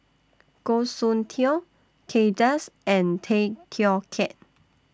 Goh Soon Tioe Kay Das and Tay Teow Kiat